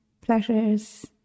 pleasures